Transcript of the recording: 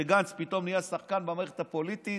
כשגנץ פתאום נהיה שחקן במערכת הפוליטית,